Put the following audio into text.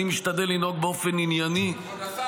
אני משתדל לנהוג באופן ענייני -- כבוד השר,